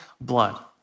blood